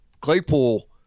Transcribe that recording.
Claypool